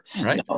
Right